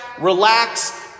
relax